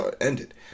ended